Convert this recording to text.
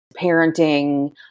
parenting